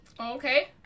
Okay